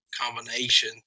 combination